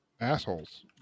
assholes